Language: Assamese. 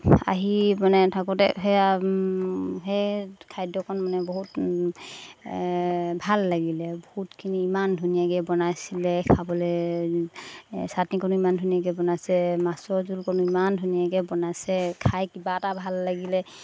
আহি মানে থকোঁতে সেয়া সেই খাদ্য়কণ মানে বহুত ভাল লাগিলে বহুতখিনি ইমান ধুনীয়াকৈ বনাইছিলে খাবলৈ চাটনিকণো ইমান ধুনীয়াকৈ বনাইছে মাছৰ জোলকণো ইমান ধুনীয়াকৈ বনাইছে খাই কিবা এটা ভাল লাগিলে